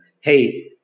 hey